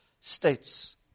states